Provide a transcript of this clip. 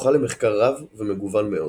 זוכה למחקר רב ומגוון מאוד.